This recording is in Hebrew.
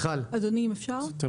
אגב, מיכל, אתם